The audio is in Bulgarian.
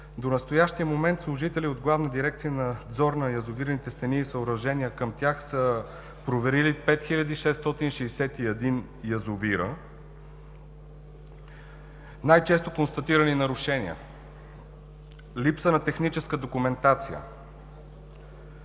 До настоящия момент служители от Главна дирекция „Надзор на язовирните стени и съоръженията към тях“ са проверили 5661 язовира. Най-често констатираните нарушения са: липса на техническа документация;